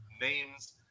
names